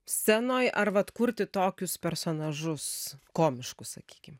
scenoj arba atkurti tokius personažus komiškus sakykim